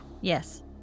Yes